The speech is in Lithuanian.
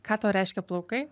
ką tau reiškia plaukai